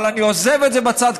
אבל אני עוזב את זה בצד,